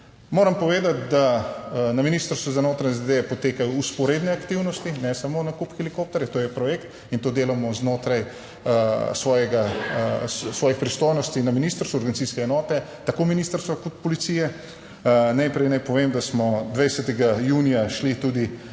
Moram povedati, da na Ministrstvu za notranje zadeve potekajo vzporedne aktivnosti, ne samo nakup helikopterja, to je projekt in to delamo znotraj svojega svojih pristojnosti na ministrstvu, organizacijske enote, tako ministrstva kot policije. Najprej naj povem, da smo 20. junija šli tudi